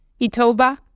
Itoba